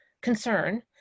concern